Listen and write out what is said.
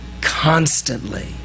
constantly